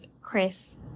Chris